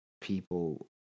people